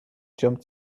jump